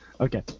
Okay